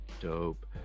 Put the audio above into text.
Dope